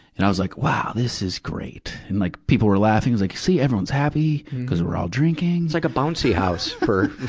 and i was like, wow, this is great! and like people were laughing. i was like, see, everyone's happy, cuz we're all drinking. it's like a bouncy house for,